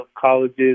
colleges